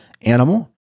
animal